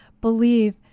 believe